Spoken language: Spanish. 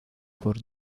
por